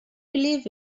believe